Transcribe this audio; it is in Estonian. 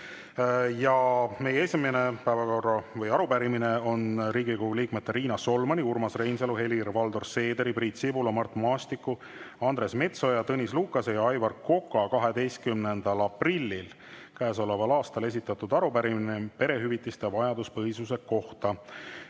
140.Meie esimene arupärimine on Riigikogu liikmete Riina Solmani, Urmas Reinsalu, Helir‑Valdor Seederi, Priit Sibula, Mart Maastiku, Andres Metsoja, Tõnis Lukase ja Aivar Koka 12. aprillil käesoleval aastal esitatud arupärimine perehüvitiste vajaduspõhisuse kohta.